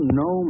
no